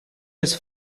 his